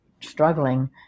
struggling